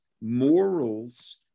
morals